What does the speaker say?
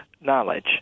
knowledge